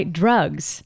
drugs